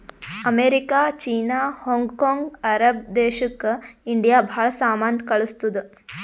America, China, Hong Kong, Arab ದೇಶಕ್ India ಭಾಳ ಸಾಮಾನ್ ಕಳ್ಸುತ್ತುದ್